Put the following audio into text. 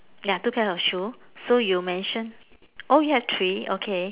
ya two pairs of shoe so you mentioned oh you have three okay